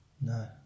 no